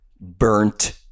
burnt